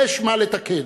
יש מה לתקן.